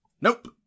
nope